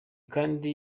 kandi